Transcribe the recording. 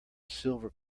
silver